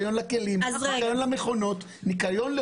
ניקיון לכלים,